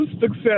success